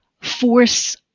force